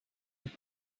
mit